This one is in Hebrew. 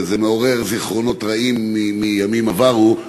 זה מעורר זיכרונות רעים מימים עברו,